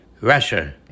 Russia